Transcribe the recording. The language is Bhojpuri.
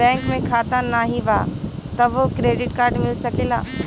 बैंक में खाता नाही बा तबो क्रेडिट कार्ड मिल सकेला?